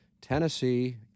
Tennessee